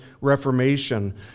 Reformation